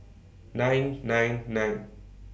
nine nine nine